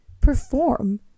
perform